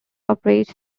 operates